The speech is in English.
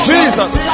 Jesus